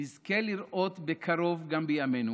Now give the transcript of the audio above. נזכה לראות בקרוב גם בימינו